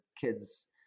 kids